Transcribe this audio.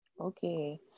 Okay